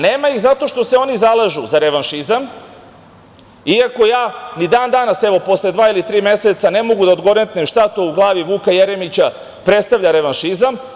Nema ih zato što se oni zalažu za revanšizam, i ako ja ni dan danas, evo, posle dva, ili tri meseca, ne mogu da odgonetnem šta to u glavi Vuka Jeremića predstavlja revanšizam.